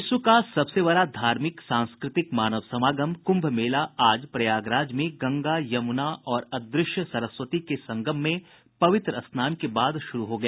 विश्व का सबसे बड़ा धार्मिक सांस्कृतिक मानव समागम कुम्भ मेला आज प्रयागराज में गंगा यमुना और अद्रश्य सरस्वती के संगम में पवित्र स्नान के बाद शुरू हो गया